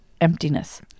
emptiness